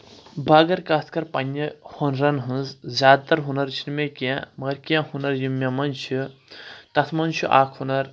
بہٕ اگر کتھ کرٕ پنٕنہِ ہُنرَن ہٕنٛز زیادٕ تر ہُنر چھِنہٕ مےٚ کینٛہہ مگر کینٛہہ ہُنر یِم مےٚ منٛز چھِ تتھ منٛز چھُ اکھ ہُنر